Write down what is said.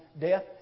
death